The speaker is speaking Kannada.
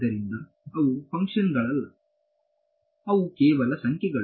ಆದ್ದರಿಂದ ಅವು ಫಂಕ್ಷನ್ ಗಳಲ್ಲ ಅವು ಕೇವಲ ಸಂಖ್ಯೆಗಳು